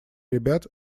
ребят